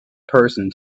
person